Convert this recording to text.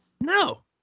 No